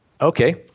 Okay